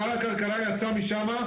שר הכלכלה יצא משם,